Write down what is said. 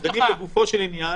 -- אנחנו דנים לגופו של עניין,